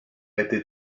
été